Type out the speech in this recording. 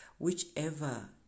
Whichever